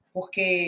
Porque